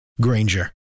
Granger